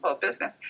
business